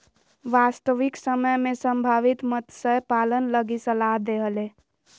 वास्तविक समय में संभावित मत्स्य पालन लगी सलाह दे हले